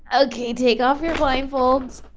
okay, take off your blindfolds.